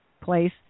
place